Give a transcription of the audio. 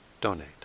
donate